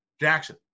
Jackson